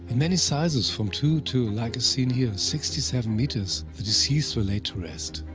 many sizes from two, to, like as seen here, sixty seven meters, the deceased were laid to rest.